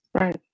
right